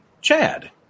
Chad